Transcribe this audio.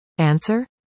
Answer